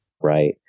right